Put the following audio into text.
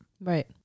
right